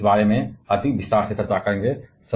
हां हम इस बारे में अधिक विस्तार से चर्चा करेंगे